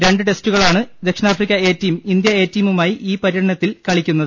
രണ്ട് ടെസ്റ്റുകളാണ് ദക്ഷിണാഫ്രിക്ക A team India A team മായി ഈ പര്യടനത്തിൽ കളിക്കുന്നത്